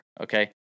okay